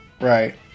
Right